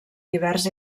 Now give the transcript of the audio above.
divers